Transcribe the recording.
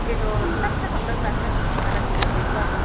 बेदर फिसा फिसा थांदों दासो बारा गिदिर गैथ'वा